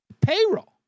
payroll